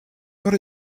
got